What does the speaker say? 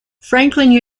franklin